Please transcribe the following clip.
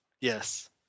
Yes